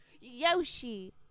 yoshi